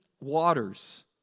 waters